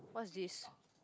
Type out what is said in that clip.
what's this